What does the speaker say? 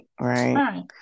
right